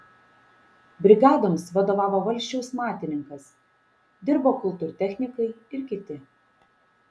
brigadoms vadovavo valsčiaus matininkas dirbo kultūrtechnikai ir kiti